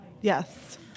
Yes